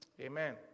Amen